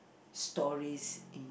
stories in